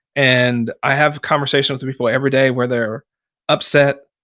and i have conversations with people every day where they're upset,